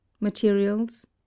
Materials